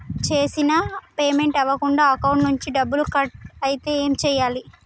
నేను చేసిన పేమెంట్ అవ్వకుండా అకౌంట్ నుంచి డబ్బులు కట్ అయితే ఏం చేయాలి?